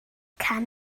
kann